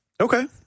Okay